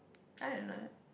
I don't know